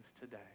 today